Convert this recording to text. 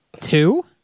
Two